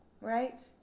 right